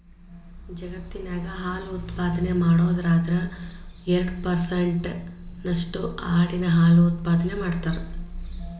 ಜಗತ್ತಿನ್ಯಾಗ ಹಾಲು ಉತ್ಪಾದನೆ ಮಾಡೋದ್ರಾಗ ಎರಡ್ ಪರ್ಸೆಂಟ್ ನಷ್ಟು ಆಡಿನ ಹಾಲು ಉತ್ಪಾದನೆ ಮಾಡ್ತಾರ